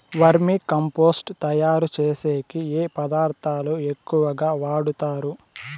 వర్మి compost తయారుచేసేకి ఏ పదార్థాలు ఎక్కువగా వాడుతారు